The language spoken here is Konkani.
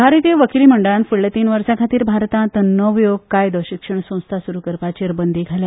भारतीय वकीली मंडळान फुडल्या तीन वर्साखातीर भारतात नव्यो कायदो शिक्षण संस्था सुरू करपाचेर बंदी घाल्ल्या